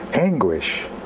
anguish